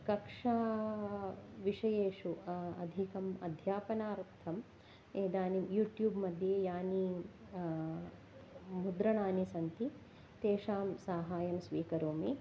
कक्षा विषयेषु अधिकम् अध्यापनार्थम् इदानीं यूटूब्मध्ये यानि मुद्रणानि सन्ति तेषां साहायं स्वीकरोमि